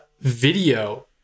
video